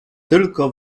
tylko